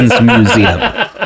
museum